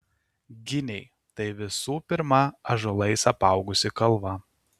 giniai tai visų pirma ąžuolais apaugusi kalva